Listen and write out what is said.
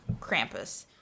Krampus